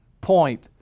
point